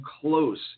close